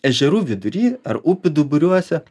ežerų vidury ar upių duburiuose